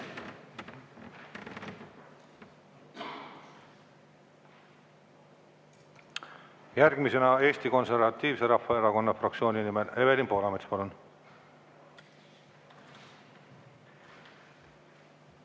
Järgmisena Eesti Konservatiivse Rahvaerakonna fraktsiooni nimel Evelin Poolamets, palun!